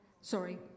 sorry